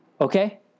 Okay